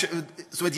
זאת אומרת,